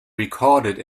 recorded